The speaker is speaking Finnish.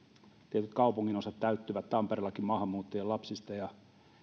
tietyt kaupunginosat täyttyvät tampereellakin maahanmuuttajien lapsista ja